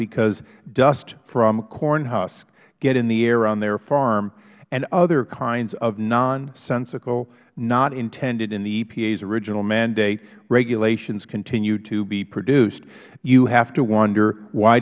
because dust from corn husks get in the air on their farm and other kinds of nonsensical things not intended in the epa's original mandate regulations continue to be produced you have to wonder why